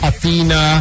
Athena